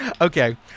Okay